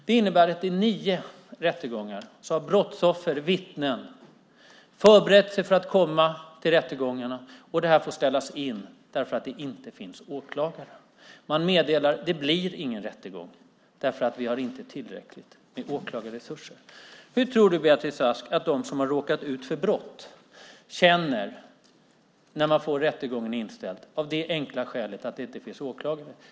Det innebär att i nio rättegångar har brottsoffer och vittnen förberett sig på att komma till rättegången, och den har fått ställas in för att det inte finns åklagare. Man meddelar: Det blir ingen rättegång, för vi har inte tillräckligt med åklagarresurser. Hur tror du, Beatrice Ask, att de som har råkat ut för brott känner när rättegången blir inställd av det enkla skälet att det inte finns åklagare?